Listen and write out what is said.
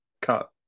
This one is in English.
cut